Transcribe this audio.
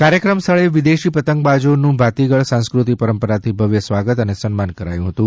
કાર્યક્રમ સ્થળે વિદેશી પતંગબાજોનું ભાતીગળ સાંસ્કૃતિક પરંપરાથી ભવ્ય સ્વાગત અને સન્માન કરાયું હતું